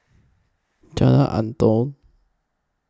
Jalan Antoi